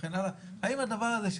וכן הלאה האם הדבר הזה,